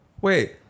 Wait